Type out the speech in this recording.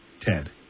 Ted